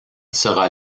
sera